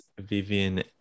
Vivian